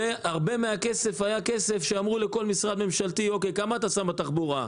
הרבה מן הכסף היה כזה שאמרו לכל משרד ממשלתי: כמה אתה שם בתחבורה,